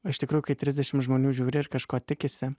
o iš tikrųjų kai trisdešimt žmonių žiūri ir kažko tikisi